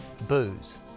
Booze